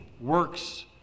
works